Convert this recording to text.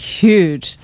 huge